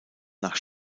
nach